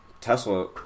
Tesla